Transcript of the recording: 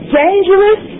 dangerous